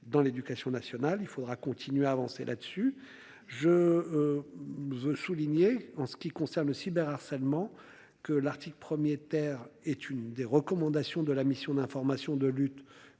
dans l'éducation nationale, il faudra continuer à avancer là-dessus je. Veux souligner en ce qui concerne le cyber harcèlement que l'article 1er Terre est une des recommandations de la mission d'information de lutte